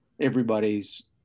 everybody's